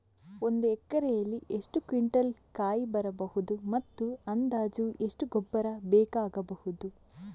ಒಂದು ಎಕರೆಯಲ್ಲಿ ಎಷ್ಟು ಕ್ವಿಂಟಾಲ್ ಕಾಯಿ ಬರಬಹುದು ಮತ್ತು ಅಂದಾಜು ಎಷ್ಟು ಗೊಬ್ಬರ ಬೇಕಾಗಬಹುದು?